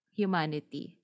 humanity